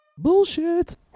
Bullshit